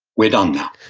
we're done now.